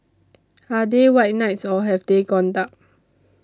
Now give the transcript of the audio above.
are they white knights or have they gone dark